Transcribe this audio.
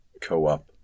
co-op